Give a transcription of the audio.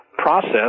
process